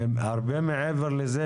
הרבה מעבר לזה,